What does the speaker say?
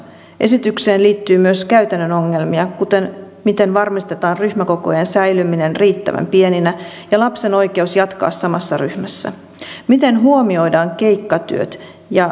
esitykseen liittyy myös käytännön ongelmia kuten miten varmistetaan ryhmäkokojen säilyminen riittävän pieninä ja lapsen oikeus jatkaa samassa ryhmässä miten huomioidaan keikkatyöt ja vaihtelevat työajat